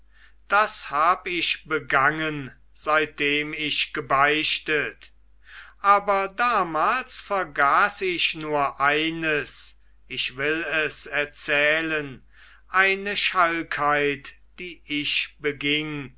das hab ich begangen seitdem ich gebeichtet aber damals vergaß ich nur eines ich will es erzählen eine schalkheit die ich beging